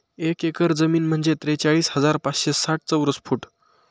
एक एकर जमीन म्हणजे त्रेचाळीस हजार पाचशे साठ चौरस फूट